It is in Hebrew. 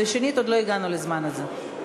ושנית, עוד לא הגענו לזמן הזה.